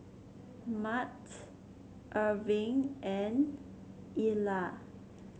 Mart Irving and Ila